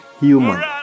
human